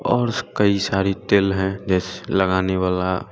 और कई सारी तेल हैं जैसे लगाने वाला